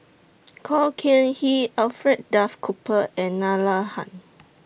Khor Can Ghee Alfred Duff Cooper and Nalla Tan